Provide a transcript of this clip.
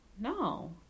No